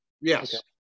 Yes